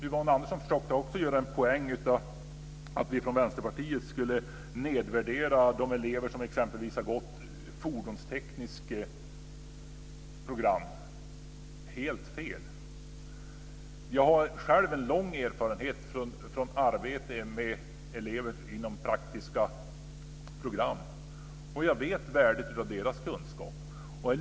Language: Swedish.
Yvonne Andersson försökte också göra en poäng här. Vi i Vänsterpartiet skulle nämligen nedvärdera elever som exempelvis gått på det fordonstekniska programmet - helt fel! Själv har jag lång erfarenhet från arbete med elever inom praktiska program och jag vet värdet av deras kunskaper.